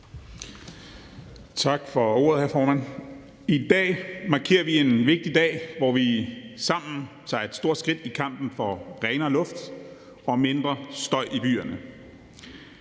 Tak for ordet, hr. formand. I dag er en vigtig dag, hvor vi sammen tager et stort skridt i kampen for renere luft og mindre støj i byerne.